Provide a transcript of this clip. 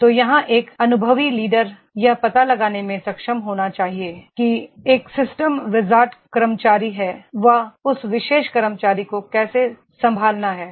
तो यहां एक अनुभवी लीडर यह पता लगाने में सक्षम होना चाहिए कि एक सिस्टम विज़ार्ड कर्मचारी है व उस विशेष कर्मचारी को कैसे संभालना है